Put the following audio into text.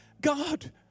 God